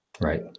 Right